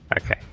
Okay